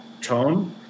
tone